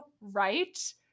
right